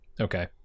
Okay